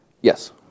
Yes